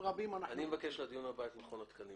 אני מבקש שלדיון הבא יבואו מכון התקנים